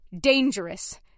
dangerous